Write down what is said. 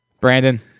Brandon